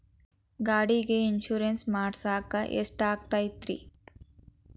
ಗಾಡಿಗೆ ಇನ್ಶೂರೆನ್ಸ್ ಮಾಡಸಾಕ ಎಷ್ಟಾಗತೈತ್ರಿ?